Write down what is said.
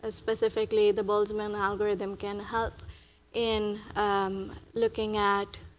ah specifically, the but um and algorithm, can help in looking at